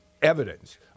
Evidence